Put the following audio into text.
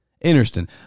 Interesting